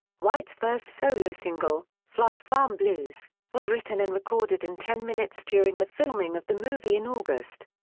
white's first solo single, fly farm blues, was written and recorded in ten minutes during the filming of the movie in august.